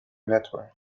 network